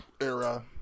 era